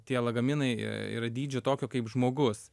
tie lagaminai yra dydžio tokio kaip žmogus